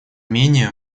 менее